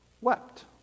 wept